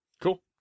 Cool